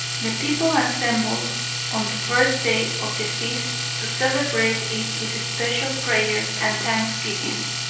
the people assembled on the first day of the feast to celebrate it with special prayers and thanksgivings,